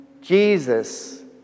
Jesus